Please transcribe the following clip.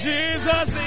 Jesus